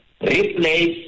replace